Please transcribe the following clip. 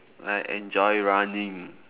I enjoy running